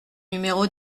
numéro